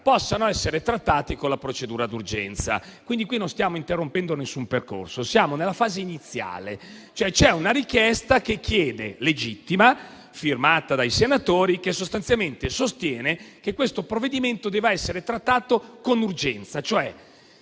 possano essere trattati con la procedura d'urgenza. Non stiamo interrompendo quindi alcun percorso. Siamo nella fase iniziale; c'è una richiesta legittima, firmata dai senatori, che sostanzialmente sostiene che il provvedimento debba essere trattato con urgenza.